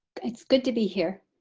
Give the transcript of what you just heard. it's good to be here.